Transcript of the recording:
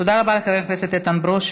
תודה רבה לחבר הכנסת איתן ברושי.